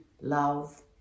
love